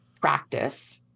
practice